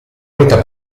meta